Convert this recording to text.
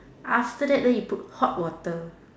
after that then you put hot water